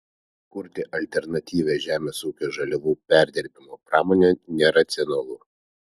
kurti alternatyvią žemės ūkio žaliavų perdirbimo pramonę neracionalu